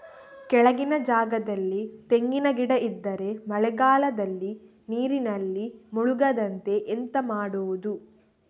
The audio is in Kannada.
ಕೆಳಗಿನ ಜಾಗದಲ್ಲಿ ತೆಂಗಿನ ಗಿಡ ಇದ್ದರೆ ಮಳೆಗಾಲದಲ್ಲಿ ನೀರಿನಲ್ಲಿ ಮುಳುಗದಂತೆ ಎಂತ ಮಾಡೋದು?